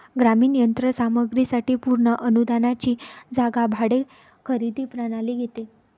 ग्रामीण यंत्र सामग्री साठी पूर्ण अनुदानाची जागा भाडे खरेदी प्रणाली घेते